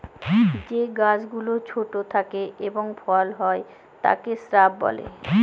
যে গাছ গুলো ছোট থাকে এবং ফল হয় তাকে শ্রাব বলে